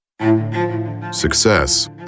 Success